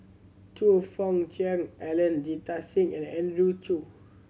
Choe Fook Cheong Alan Jita Singh and Andrew Chew